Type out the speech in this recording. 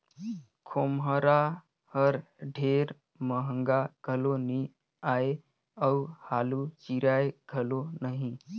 खोम्हरा हर ढेर महगा घलो नी आए अउ हालु चिराए घलो नही